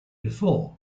before